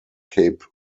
cape